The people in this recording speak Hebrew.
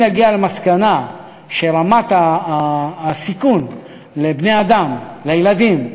אם נגיע למסקנה שרמת הסיכון לבני-אדם, לילדים,